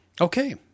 Okay